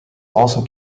also